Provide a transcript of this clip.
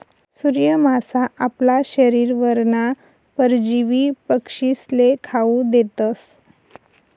सूर्य मासा आपला शरीरवरना परजीवी पक्षीस्ले खावू देतस